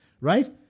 right